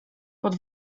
pod